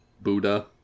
Buddha